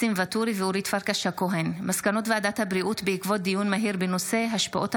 ניסים ואטורי ואורית פרקש הכהן בנושא: הקלות במוסדות